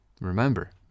Remember